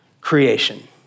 creation